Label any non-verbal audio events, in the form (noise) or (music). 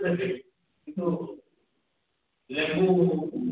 (unintelligible)